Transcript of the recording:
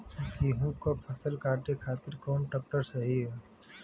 गेहूँक फसल कांटे खातिर कौन ट्रैक्टर सही ह?